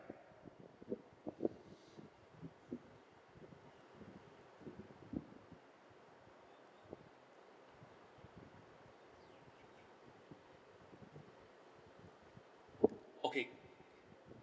okay